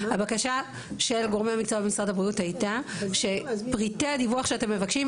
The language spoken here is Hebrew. הבקשה של גורמי המקצוע במשרד הבריאות הייתה שפריטי הדיווח שאתם מבקשים,